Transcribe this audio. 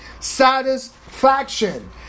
satisfaction